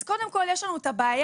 אז קודם כל יש לנו את הבעיה,